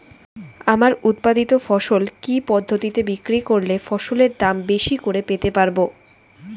আমার উৎপাদিত ফসল কি পদ্ধতিতে বিক্রি করলে ফসলের দাম বেশি করে পেতে পারবো?